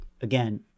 again